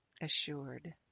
Assured